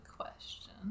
question